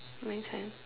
mutant